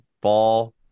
Ball